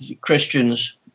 Christians